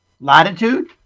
Latitude